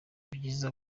byiza